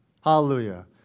Hallelujah